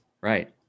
Right